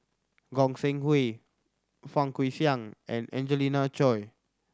Goi Seng Hui Fang Guixiang and Angelina Choy